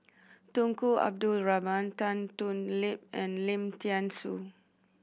Tunku Abdul Rahman Tan Thoon Lip and Lim Thean Soo